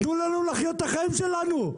תנו לנו לחיות את החיים שלנו,